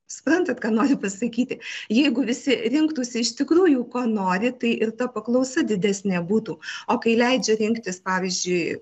suprantat ką noriu pasakyti jeigu visi rinktųsi iš tikrųjų ko nori tai ir ta paklausa didesnė būtų o kai leidžia rinktis pavyzdžiui